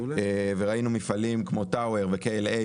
ראינו מפעלים כמו טאואר ו-KLA,